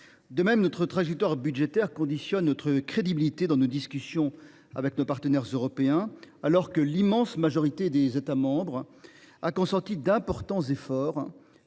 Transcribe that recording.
c’est de notre trajectoire budgétaire que dépend notre crédibilité lors des discussions avec nos partenaires européens. Or, alors même que l’immense majorité des États membres ont consenti d’importants efforts